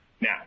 Now